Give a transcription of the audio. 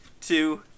two